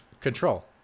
control